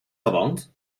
gewoond